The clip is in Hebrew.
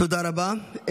תודה רבה.